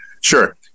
sure